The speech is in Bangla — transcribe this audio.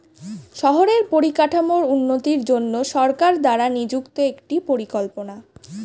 শহরের পরিকাঠামোর উন্নতির জন্য সরকার দ্বারা নিযুক্ত একটি পরিকল্পনা